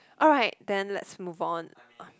alright then let's move on